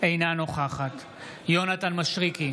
אינה נוכחת יונתן מישרקי,